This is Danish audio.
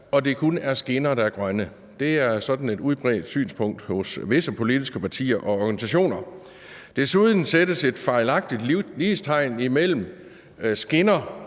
at det kun er skinner, der er grønne – det er et udbredt synspunkt hos visse politiske partier og organisationer. Desuden sættes der et fejlagtigt lighedstegn mellem skinner